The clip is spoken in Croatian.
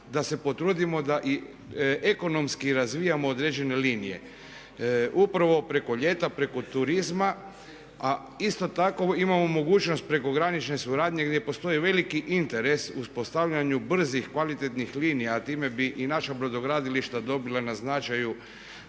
da se potrudimo da i ekonomski razvijamo određene linije upravo preko ljeta, preko turizma, a isto tako imamo mogućnost prekogranične suradnje gdje postoji veliki interes uspostavljanju brzih kvalitetnih linija, a time bi i naša brodogradilišta dobila na značaju